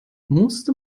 musste